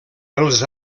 els